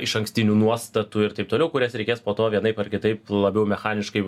išankstinių nuostatų ir taip toliau kurias reikės po to vienaip ar kitaip labiau mechaniškai